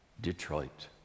Detroit